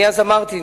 אני אז אמרתי,